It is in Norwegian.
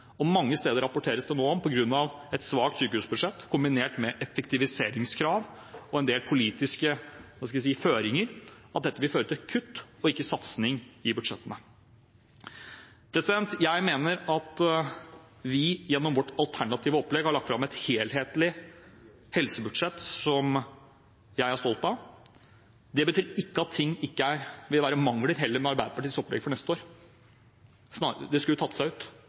offentligheten. Mange steder rapporteres det nå om – på grunn av et svakt sykehusbudsjett, kombinert med effektiviseringskrav og en del politiske føringer – at dette vil føre til kutt og ikke satsing i budsjettene. Jeg mener at vi, gjennom vårt alternative opplegg, har lagt fram et helhetlig helsebudsjett, som jeg er stolt av. Det betyr ikke at det ikke vil være mangler også ved Arbeiderpartiets opplegg for neste år. Det skulle tatt seg ut.